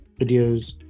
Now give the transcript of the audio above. videos